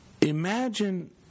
Imagine